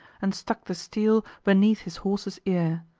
and stuck the steel beneath his horse's ear.